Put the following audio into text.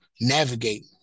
navigate